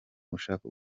ushaka